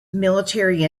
military